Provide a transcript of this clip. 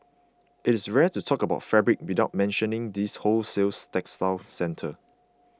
it is rare to talk about fabrics without mentioning this wholesale textile centre